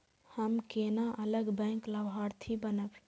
हम केना अलग बैंक लाभार्थी बनब?